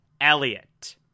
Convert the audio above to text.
Elliot